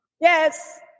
Yes